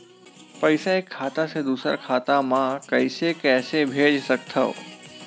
पईसा एक खाता से दुसर खाता मा कइसे कैसे भेज सकथव?